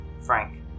Frank